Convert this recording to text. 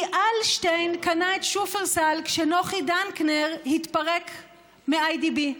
כי אלשטיין קנה את שופרסל כשנוחי דנקנר התפרק מ-IDB.